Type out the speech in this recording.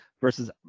Versus